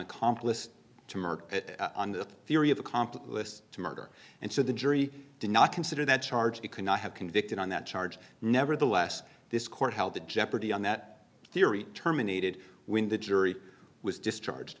the theory of accomplice to murder and so the jury did not consider that charge he could not have convicted on that charge nevertheless this court held the jeopardy on that theory terminated when the jury was discharged